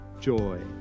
joy